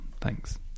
thanks